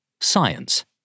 Science